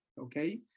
okay